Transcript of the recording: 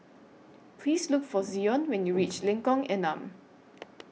Please Look For Zion when YOU REACH Lengkong Enam